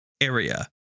area